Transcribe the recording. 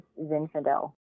Zinfandel